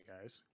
guys